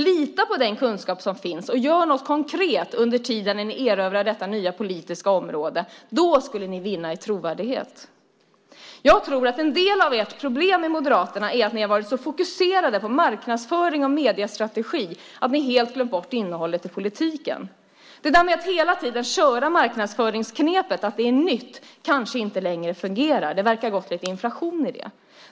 Lita på den kunskap som finns och gör något konkret under tiden ni erövrar detta nya politiska område! Då skulle ni vinna i trovärdighet. Jag tror att en del av ert problem i Moderaterna är att ni har varit så fokuserade på marknadsföring och mediestrategi att ni helt glömt bort innehållet i politiken. Det där med att hela tiden köra marknadsföringsknepet att det är nytt kanske inte längre fungerar. Det verkar ha gått lite inflation i det.